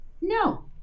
No